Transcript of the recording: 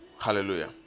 hallelujah